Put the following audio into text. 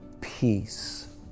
peace